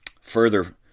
Further